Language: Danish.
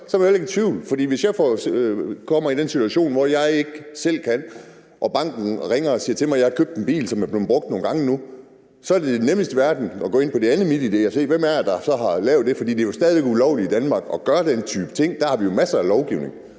jo heller ikke i tvivl. For hvis jeg kommer i den situation, hvor jeg ikke selv kan og banken ringer og siger til mig, at jeg har købt en bil, som nu er blevet brugt nogle gange, så er det nemmeste i verden da at gå ind på det andet MitID og se, hvem det så er, der har gjort det. For det er jo stadig væk ulovligt i Danmark at gøre den type ting; der har vi jo masser af lovgivning.